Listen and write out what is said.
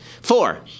Four